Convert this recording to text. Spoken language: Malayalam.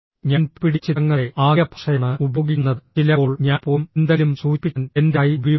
ഞാൻ പിപിടി ചിത്രങ്ങളുടെ ആംഗ്യഭാഷയാണ് ഉപയോഗിക്കുന്നത് ചിലപ്പോൾ ഞാൻ പോലും എന്തെങ്കിലും സൂചിപ്പിക്കാൻ എന്റെ കൈ ഉപയോഗിക്കുന്നു